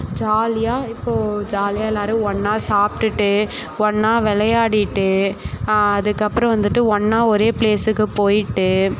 ஜாலியாக இப்போது ஜாலியாக எல்லாரும் ஒன்னா சாப்பிட்டுட்டு ஒன்னா விளையாடிட்டு அதுக்கப்பறம் வந்துட்டு ஒன்னா ஒரே ப்ளேஸுக்கு போயிட்டு